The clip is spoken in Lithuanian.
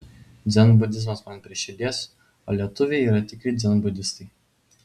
dzenbudizmas man prie širdies o lietuviai yra tikri dzenbudistai